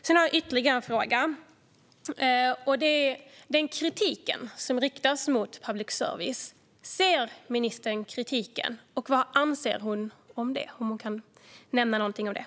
Jag har en ytterligare fråga, och det är om ministern ser den kritik som riktas mot public service och vad hon anser om den.